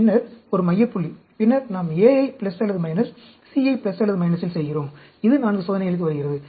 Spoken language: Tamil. பின்னர் ஒரு மைய புள்ளி பின்னர் நாம் A யை அல்லது C யை அல்லது - இல் செய்கிறோம் இது 4 சோதனைகளுக்கு வருகிறது